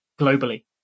globally